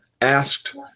asked